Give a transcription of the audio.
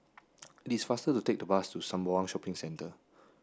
it is faster to take the bus to Sembawang Shopping Centre